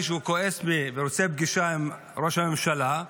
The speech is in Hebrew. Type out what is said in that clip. כשהוא כועס ורוצה פגישה עם ראש הממשלה,